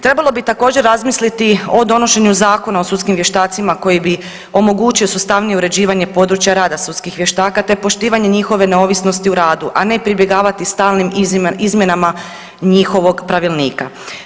Trebalo bi također razmisliti o donošenju zakona o sudskim vještacima koji bi omogućio sustavnije uređivanje područja rada sudskih vještaka te poštivanje njihove neovisnosti u radu, a ne pribjegavati stalnim izmjenama njihovog pravilnika.